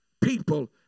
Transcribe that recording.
People